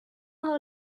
how